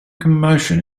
commotion